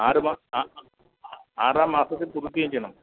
ആറ് ആറാം മാസത്തിൽ പുതുക്കുകയും ചെയ്യണം